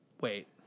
Wait